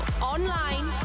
online